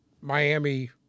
Miami